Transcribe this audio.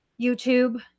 youtube